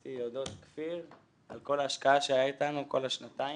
רציתי להודות לכפיר על כל ההשקעה שהיה איתנו כל השנתיים.